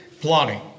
plotting